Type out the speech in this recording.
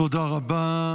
תודה רבה.